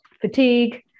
fatigue